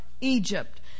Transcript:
Egypt